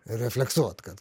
refleksuot kad